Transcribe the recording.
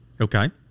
Okay